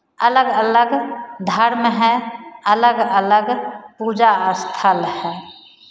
अलग अलग धर्म है अलग अलग पूजा स्थल है